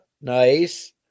Nice